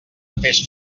fes